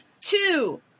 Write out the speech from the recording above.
Two